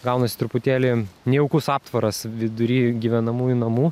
gaunasi truputėlį nejaukus aptvaras vidury gyvenamųjų namų